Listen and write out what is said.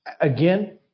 again